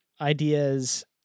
ideas